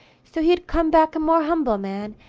so he had come back a more humble man,